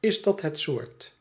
is dat het soort